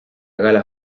gala